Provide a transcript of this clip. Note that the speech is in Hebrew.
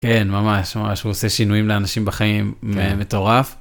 כן. ממש, ממש, הוא עושה שינויים לאנשים בחיים, מטורף.